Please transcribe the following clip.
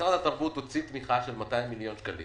משרד התרבות הוציא תמיכה של 200 מיליון שקלים